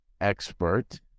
expert